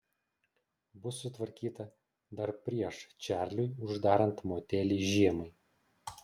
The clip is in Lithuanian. bus sutvarkyta dar prieš čarliui uždarant motelį žiemai